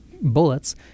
bullets